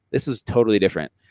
this is totally different.